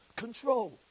control